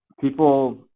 People